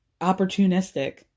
Opportunistic